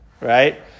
right